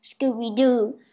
Scooby-Doo